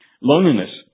Loneliness